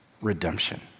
redemption